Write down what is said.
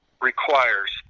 requires